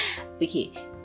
okay